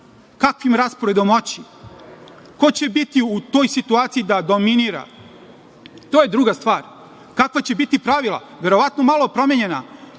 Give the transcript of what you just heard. Kakvim rasporedom moći? Ko će biti u toj situaciji da dominira? To je druga stvar. Kakva će biti pravila? Verovatno malo promenjena.